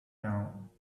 now